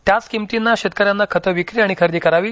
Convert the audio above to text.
त्याच किमतींना शेतकऱ्यांना खत विक्री आणि खरेदी करावी